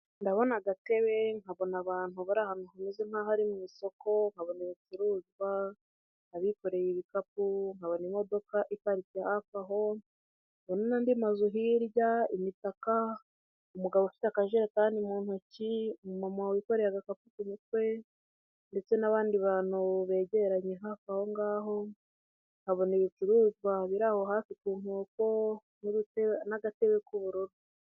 Ndabona agatebe nkabona abantu bari ahantu hameze nkaho ari mu isoko nkabona ibicuruzwa, abikoreye ibikapu nkabona imodoka iparitse hafi nkabona nandi mazu hirya, imitaka, umugabo ufite akajerekani mu ntoki, umumama wikore agakapu ku umutwe ndetse n'abandi bantu begeranye hafi aho ngaho, nkabona ibicuruzwa biraraho hafi ku inkoko n'urutebe n'agatebe k'ubururu.